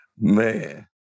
Man